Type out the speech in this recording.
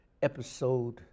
episode